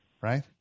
Right